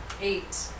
Eight